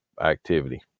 activity